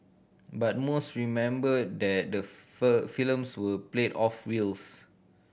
but most remember that the films were played off reels